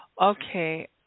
okay